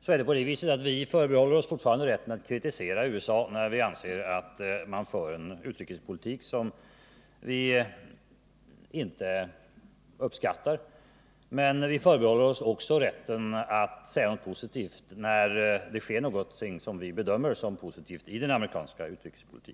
förbehåller vi oss fortfarande rätten att kritisera USA, när vi anser att USA för en utrikespolitik som vi inte kan uppskatta. Men vi förbehåller oss också rätten att uttala oss positivt, när det i den amerikanska utrikespolitiken sker någonting som vi bedömer som positivt.